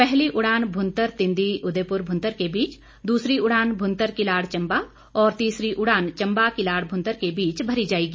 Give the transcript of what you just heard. पहली उड़ान भुंतर तिंदी उदयपुर भुंतर के बीच दूसरी उड़ान भुंतर किलाड़ चम्बा और तीसरी उड़ान चम्बा किलाड़ भुंतर के बीच भरी जाएगी